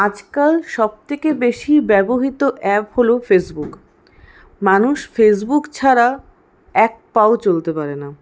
আজকাল সবথেকে বেশি ব্যবহৃত অ্যাপ হল ফেসবুক মানুষ ফেসবুক ছাড়া এক পাও চলতে পারে না